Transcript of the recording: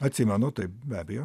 atsimenu taip be abejo